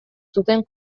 zuten